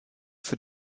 für